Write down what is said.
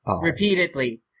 Repeatedly